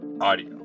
audio